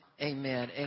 amen